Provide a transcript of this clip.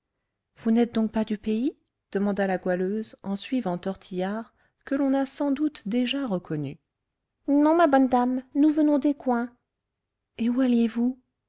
vous n'êtes donc pas du pays demanda la goualeuse en suivant tortillard que l'on a sans doute déjà reconnu non ma bonne dame nous venons d'écouen et où alliez-vous